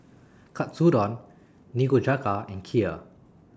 Katsudon Nikujaga and Kheer